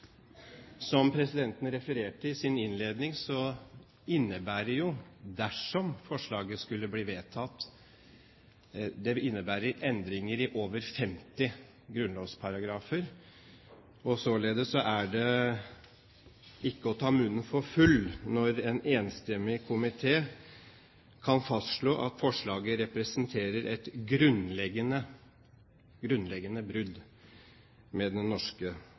Som presidenten refererte innledningsvis, innebærer jo forslaget, dersom det skulle bli vedtatt, endringer i over 50 grunnlovsparagrafer. Således er det ikke å ta munnen for full når en enstemmig komité kan fastslå at forslaget representerer et grunnleggende brudd med den norske